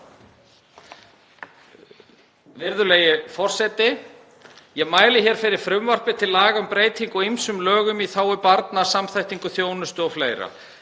Virðulegi forseti. Ég mæli hér fyrir frumvarpi til laga um breytingu á ýmsum lögum í þágu barna(samþætting þjónustu o.fl.).